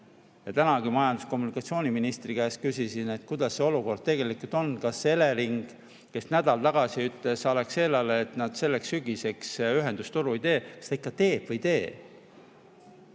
Tänagi majandus‑ ja kommunikatsiooniministri käest küsisin, et kuidas see olukord tegelikult on. Kas Elering, kes nädal tagasi ütles Alexelale, et nad selleks sügiseks ühendustoru ei tee, kas ta siis ikka teeb või ei